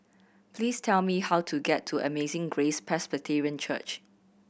please tell me how to get to Amazing Grace Presbyterian Church